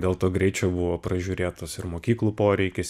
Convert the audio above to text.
dėl to greičio buvo pražiūrėtos ir mokyklų poreikis